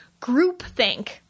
Groupthink